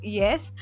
yes